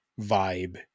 vibe